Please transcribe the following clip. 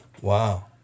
Wow